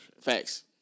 Facts